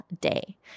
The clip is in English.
day